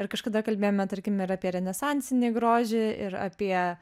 ir kažkada kalbėjome tarkim ir apie renesansinį grožį ir apie